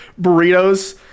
burritos